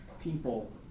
people